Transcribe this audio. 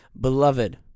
Beloved